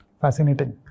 Fascinating